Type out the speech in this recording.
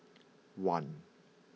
one